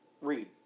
Read